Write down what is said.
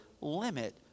limit